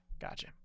Gotcha